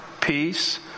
peace